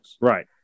Right